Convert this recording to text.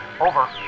Over